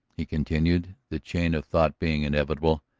he continued, the chain of thought being inevitable.